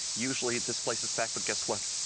usually, this place is packed, but guess what?